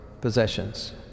possessions